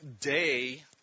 day